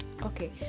okay